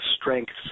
strengths